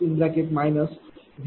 985739 p